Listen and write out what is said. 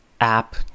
app